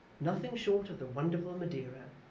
nothing short of the wonderful madeira,